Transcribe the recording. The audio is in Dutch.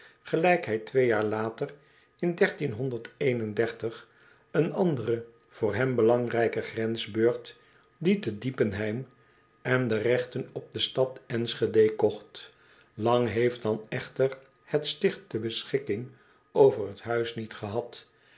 gelijk hij twee jaar later in een andere voor hem belangrijken grensburgt dien te d i e p e n h e i m en de regten op de stad e n s c h e d e kocht lang heeft dan echter het sticht de beschikking over het huis niet gehad